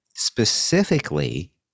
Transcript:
specifically